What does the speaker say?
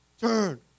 Turn